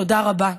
תודה רבה.